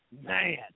Man